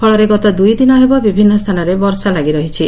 ଫଳରେ ଗତ ଦୁଇଦିନ ହେବ ବିଭିନ୍ନ ସ୍ଚାନରେ ବର୍ଷା ଲାଗିରହିଛି